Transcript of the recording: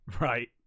Right